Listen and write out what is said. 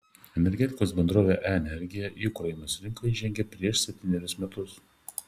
energetikos bendrovė e energija į ukrainos rinką įžengė prieš septynerius metus